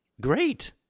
Great